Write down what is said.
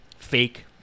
fake